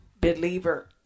believer